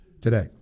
today